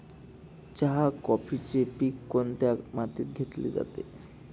चहा, कॉफीचे पीक कोणत्या मातीत घेतले जाते?